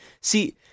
See